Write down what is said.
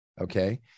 Okay